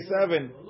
seven